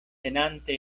tenante